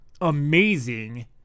amazing